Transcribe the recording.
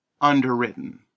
underwritten